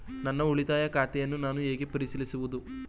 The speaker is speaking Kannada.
ನನ್ನ ಉಳಿತಾಯ ಖಾತೆಯನ್ನು ನಾನು ಹೇಗೆ ಪರಿಶೀಲಿಸುವುದು?